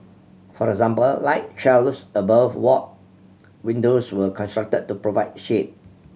for example light shelves above ward windows were constructed to provide shade